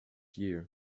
year